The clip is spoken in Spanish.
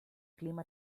clima